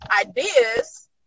ideas